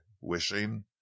wishing